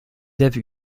dave